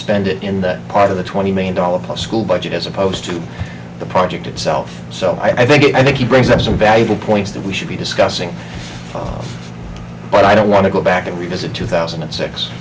spend it in that part of the twenty million dollars plus school budget as opposed to the project itself so i think it i think he brings up some valuable points that we should be discussing but i don't want to go back and revisit two thousand and six